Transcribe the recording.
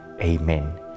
Amen